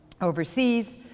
overseas